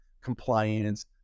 compliance